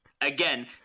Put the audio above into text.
Again